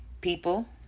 People